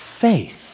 faith